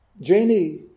Janie